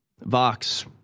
Vox